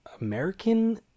American